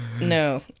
No